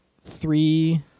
three